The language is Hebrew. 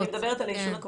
אני מדברת על העישון הכפוי.